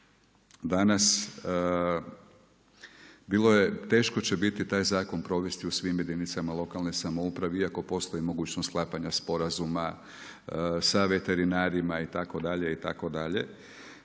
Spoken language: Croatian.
je, teško će biti taj zakon provesti u svim jedinica lokalne samouprave iako postoji mogućnost sklapanje sporazuma sa veterinarima itd., itd.